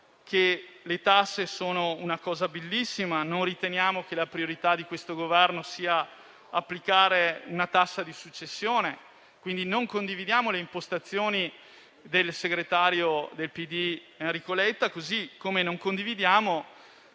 le tasse siano una cosa bellissima, non riteniamo che la priorità del Governo sia applicare una tassa di successione e quindi non condividiamo le impostazioni del segretario del PD, Enrico Letta, così come non condividiamo la mentalità